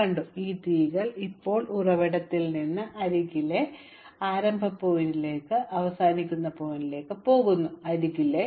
അതിനാൽ ഈ തീകൾ ഇപ്പോഴും ഉറവിടത്തിൽ നിന്ന് അരികിലെ ആരംഭ പോയിന്റിലേക്ക് അവസാനിക്കുന്ന പോയിന്റിലേക്ക് പോകുന്നു അരികിലെ